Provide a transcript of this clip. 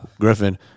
Griffin